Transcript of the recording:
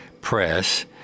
Press